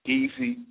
easy